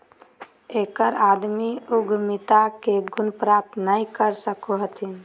हरेक आदमी उद्यमिता के गुण प्राप्त नय कर सको हथिन